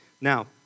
Now